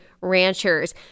Ranchers